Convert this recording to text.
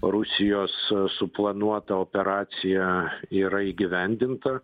rusijos suplanuota operacija yra įgyvendinta